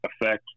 affect